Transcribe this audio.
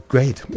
Great